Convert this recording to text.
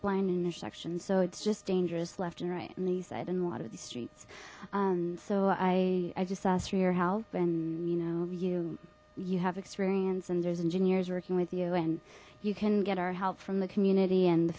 blind intersections so it's just dangerous left and right and these died in a lot of these streets so i i just asked for your help and you know you you have experience and there's engineers working with you and you can get our help from the community and the